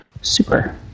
Super